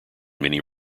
many